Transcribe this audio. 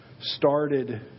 started